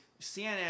CNN